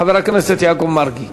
חבר הכנסת יעקב מרגי.